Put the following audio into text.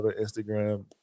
Instagram